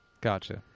Gotcha